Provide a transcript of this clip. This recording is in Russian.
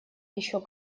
еще